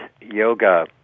yoga